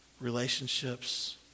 relationships